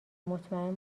مطمئن